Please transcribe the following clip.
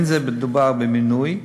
אין מדובר במינוי,